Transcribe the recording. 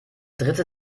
dritte